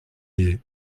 lyé